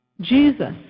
Jesus